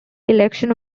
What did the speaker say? election